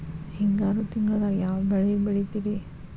ಹಿಂಗಾರು ತಿಂಗಳದಾಗ ಯಾವ ಬೆಳೆ ಬೆಳಿತಿರಿ?